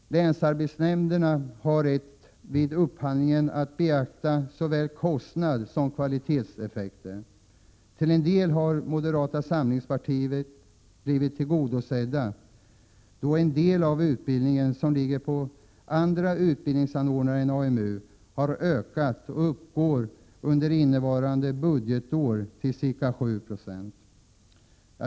Länsarbetsnämnderna har rätt att vid upphandlingen beakta såväl kostnader som kvalitetseffekter. Till en del har moderata samlingspartiet blivit tillgodosett, då en del av utbildningen som ligger på andra utbildningsanordnare än AMU har ökat och under innevarande budgetår uppgår till ca 7 Ze.